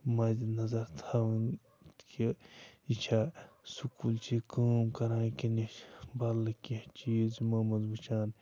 مَدِ نظر تھاوٕنۍ کہِ یہِ چھےٚ سکوٗلچی کٲم کَران کِنہٕ یہِ چھِ بَدلٕے کیٚنٛہہ چیٖز یِمو منٛز وٕچھان